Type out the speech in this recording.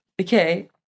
okay